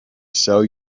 sell